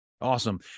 awesome